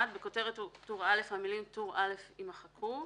(1) בכותרת טור א', המילים "טור א' " יימחקו,